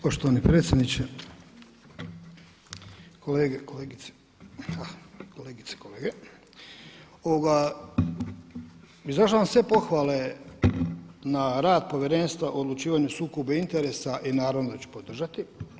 Poštovani predsjedniče, kolege, kolegice, kolegice, kolege izražavam sve pohvale na rad Povjerenstva o odlučivanju o sukobu interesa i naravno da ću podržati.